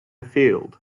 field